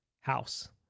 house